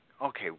okay